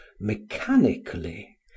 mechanically